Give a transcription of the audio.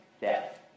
Death